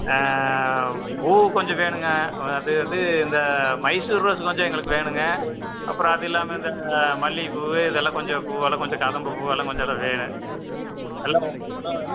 பூ கொஞ்சம் வேணும்ங்க அது வந்து இந்த மைசூர் ரோஸ் கொஞ்சம் எங்களுக்கு வேணும்ங்க அப்புறம் அது இல்லாமல் இந்த மல்லிகை பூ இதெல்லாம் கொஞ்சம் பூவெல்லாம் கொஞ்சம் கதம்பம் பூவெல்லாம் கொஞ்சம் வேணும் எல்லாம் ஒவ்வொரு கிலோ